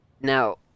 now